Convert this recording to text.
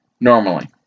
normally